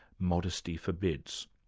modesty forbids.